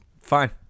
Fine